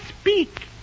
speak